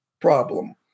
problem